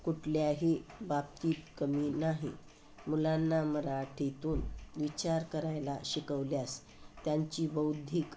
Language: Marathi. कुठल्याही बाबतीत कमी नाही मुलांना मराठीतून विचार करायला शिकवल्यास त्यांची बौद्धिक